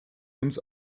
uns